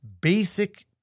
basic